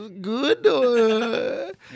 good